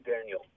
Daniel